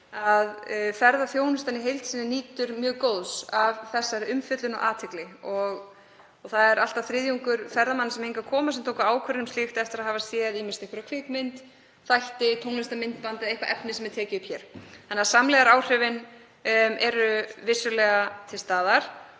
að ferðaþjónustan í heild sinni nýtur mjög góðs af þessari umfjöllun og athygli. Það er allt að þriðjungur ferðamanna sem hingað koma sem tók ákvörðun um slíkt eftir að hafa séð ýmist kvikmynd, þætti, tónlistarmyndband eða eitthvað efni sem er tekið upp hér. Þannig að samlegðaráhrifin eru vissulega til staðar.